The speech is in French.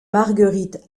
marguerite